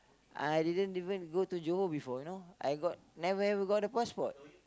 I didn't even go to Johor before you know I got never ever got a passport